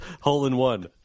hole-in-one